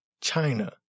China